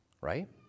right